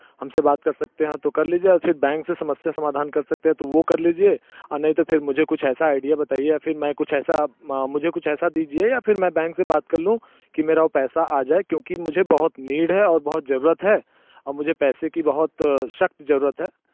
हम से बात कर सकते हैं तो कर लीजिए और फिर बैंक से समस्या समाधान कर सकते तो वो कर लीजिए नहीं तो फिर मुझे कुछ ऐसा आईडिया बताइए या फिर मैं कुछ ऐसा आप मुझे कुछ ऐसा दीजिए या फिर मैं बैंक से बात कर लूँ कि मेरा पैसा आ जाए क्योंकि मुझे बहुत नीड है और बहुत ज़रूरत है और मुझे पैसे की बहुत सख़्त ज़रूरत है